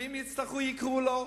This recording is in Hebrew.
ואם יצטרכו יקראו לו,